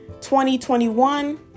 2021